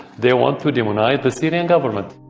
they want to demonize the syrian government.